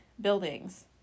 buildings